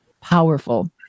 powerful